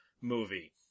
movie